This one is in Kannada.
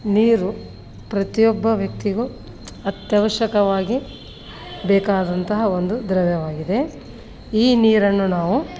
ನೀರು ಪ್ರತಿಯೊಬ್ಬ ವ್ಯಕ್ತಿಗೂ ಅತ್ಯವಶ್ಯಕವಾಗಿ ಬೇಕಾದಂತಹ ಒಂದು ದ್ರವ್ಯವಾಗಿದೆ ಈ ನೀರನ್ನು ನಾವು